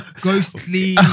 Ghostly